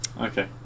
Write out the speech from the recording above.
Okay